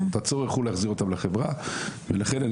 אז הצורך הוא להחזיר אותם לחברה ולכן אני